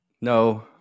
No